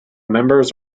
members